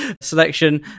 selection